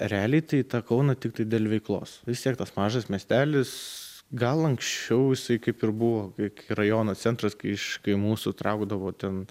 realiai tai tą kauną tiktai dėl veiklos vies tiek tas mažas miestelis gal anksčiau jisai kaip ir buvo kiek rajono centras kai iš kaimų sutraukdavo ten